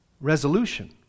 resolution